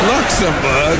Luxembourg